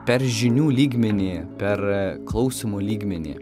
per žinių lygmenį per klausymo lygmenį